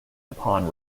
upon